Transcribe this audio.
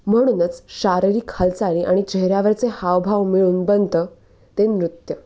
म्हणूनच शारीरिक हालचाली आणि चेहऱ्यावरचे हावभाव मिळून बनतं ते नृत्य